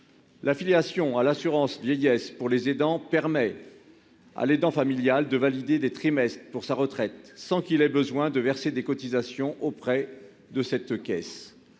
L'affiliation à l'assurance vieillesse permet à l'aidant familial de valider des trimestres pour sa retraite, sans qu'il ait besoin de verser des cotisations auprès de cette caisse.